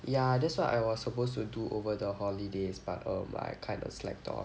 ya that's what I was supposed to do over the holidays but um I kind of slacked off